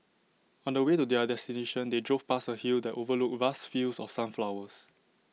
on the way to their destination they drove past A hill that overlooked vast fields of sunflowers